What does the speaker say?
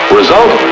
Result